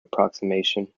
approximation